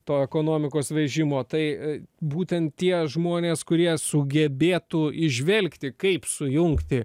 to ekonomikos vežimo tai būtent tie žmonės kurie sugebėtų įžvelgti kaip sujungti